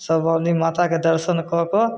सभ आदमी माताके दर्शन कऽ कऽ